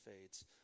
fades